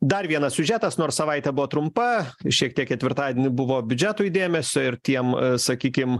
dar vienas siužetas nors savaitė buvo trumpa šiek tiek ketvirtadienį buvo biudžetui dėmesio ir tiem sakykim